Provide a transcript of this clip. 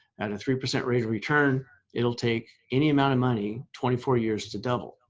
at a three percent rate of return, it'll take any amount of money twenty four years to double.